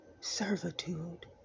Servitude